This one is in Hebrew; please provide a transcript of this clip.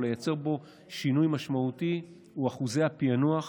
לייצר בו שינוי משמעותי הוא אחוזי הפענוח,